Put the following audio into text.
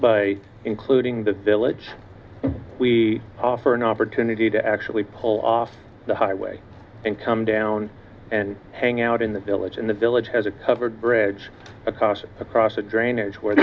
by including the village we offer an opportunity to actually pull off the highway and come down and hang out in the village in the village has a covered bridge across it across the drainage where